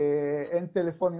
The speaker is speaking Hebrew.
אין טלפונים,